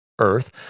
earth